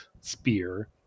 spear